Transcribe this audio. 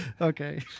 Okay